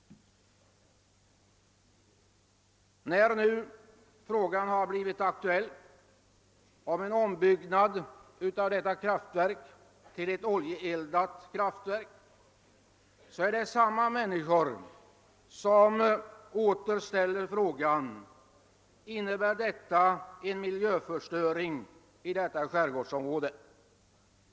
När nu frågan har blivit aktuell om en ombyggnad av Marviken till ett oljeeldat kraftverk är det samma människor som åter ställer frågan: Innebär detta en miljöförstöring av skärgårdsområdet?